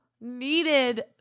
Needed